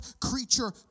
creature